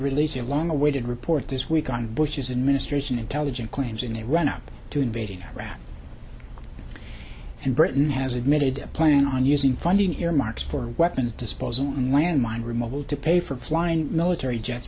release a long awaited report this week on bush's administration intelligent claims in the run up to invading iraq and britain has admitted planning on using funding earmarks for weapons disposal and landmine removal to pay for flying military jets